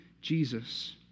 Jesus